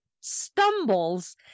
stumbles